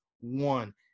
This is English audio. one